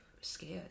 scared